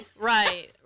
right